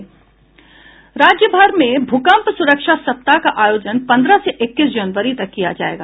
राज्य भर में भूकंप सुरक्षा सप्ताह का आयोजन पन्द्रह से इक्कीस जनवरी तक किया जायेगा